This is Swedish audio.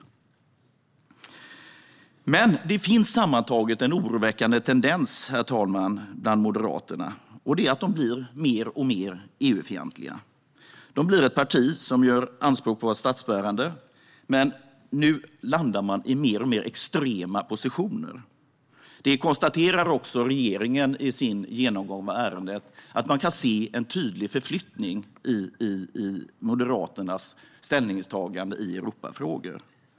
Sammantaget finns en oroväckande tendens i Moderaterna, som blir mer och mer EU-fientliga. Det är ett parti som gör anspråk på att vara statsbärande, men nu landar de i alltmer extrema positioner. Regeringen konstaterar i sin genomgång av ärendet att man kan se en tydlig förflyttning i Moderaternas ställningstaganden i Europafrågor.